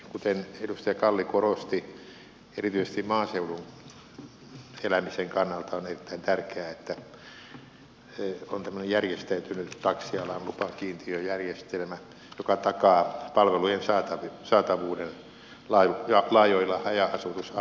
kuten edustaja kalli korosti erityisesti maaseudun elämisen kannalta on erittäin tärkeää että on tämmöinen järjestäytynyt taksialan lupakiintiöjärjestelmä joka takaa palvelujen saatavuuden laajoilla haja asutusalueillamme